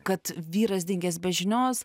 kad vyras dingęs be žinios